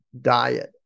diet